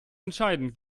entscheiden